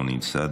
לא נמצא,